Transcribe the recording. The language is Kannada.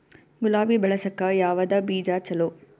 ಗುಲಾಬಿ ಬೆಳಸಕ್ಕ ಯಾವದ ಬೀಜಾ ಚಲೋ?